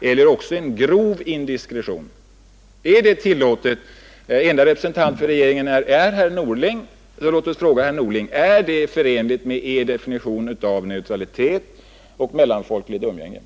eller också en grov indiskretion. Är detta tillåtet? Regeringens enda representant här i kammaren är nu herr Norling. Låt oss fråga herr Norling: Är det förenligt med er definition av neutralitet och rimligt mellanfolkligt umgänge?